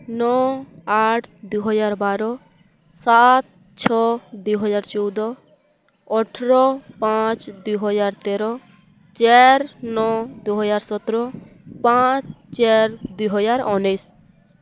ନଅ ଆଠ ଦୁଇହଜାର ବାର ସାତ ଛଅ ଦୁଇହଜାର ଚଉଦ ଅଠର ପାଞ୍ଚ ଦୁଇହଜାର ତେର ଚାରି ନଅ ଦୁଇହଜାର ସତର ପାଞ୍ଚ ଚାରି ଦୁଇହଜାର ଉଣେଇଶି